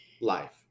life